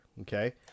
okay